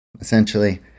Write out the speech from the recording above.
essentially